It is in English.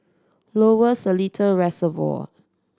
Lower Seletar Reservoir